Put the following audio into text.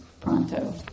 pronto